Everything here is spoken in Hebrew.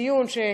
וזה ראוי לציון.